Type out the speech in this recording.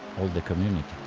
all the community.